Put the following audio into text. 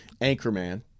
Anchorman